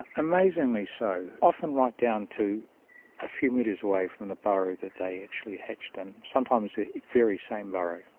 amazingly so, often right down to a few metres away from the burrow that they actually hatched in, sometimes the very same burrow.